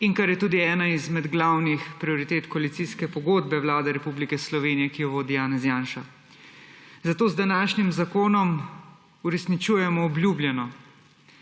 in kar je tudi ena izmed glavnih prioritet koalicijske pogodbe Vlade Republike Slovenije, ki jo vodi Janez Janša. Zato z današnjim zakonom uresničujemo obljubljeno.